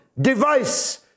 device